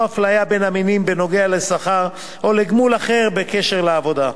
אפליה בין המינים בנוגע לשכר או לגמול אחר בקשר לעבודה.